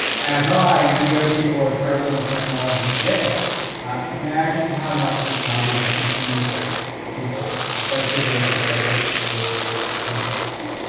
as i and many other people are struggling with technology today imagine how of a challenge the future may bring to people, especially those who struggle with disability or dependency,